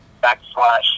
backslash